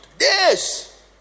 yes